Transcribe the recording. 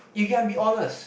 you can be honest